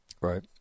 Right